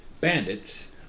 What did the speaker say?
Bandits